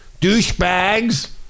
douchebags